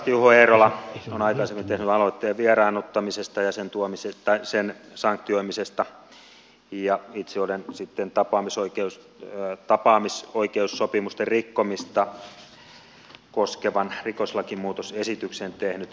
juho eerola on aina syytä nauttii vieraannuttamisesta ja sen tuomi aikaisemmin tehnyt aloitteen vieraannuttamisen sanktioimisesta ja itse olen sitten tapaamisoikeus on yhä tapaamis tapaamisoikeussopimusten rikkomista koskevan rikoslakimuutosesityksen tehnyt